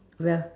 ya